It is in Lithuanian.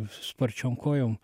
sparčiom kojom